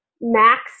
max